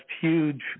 huge